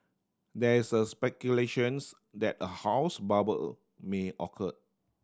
there is speculations that a house bubble may occur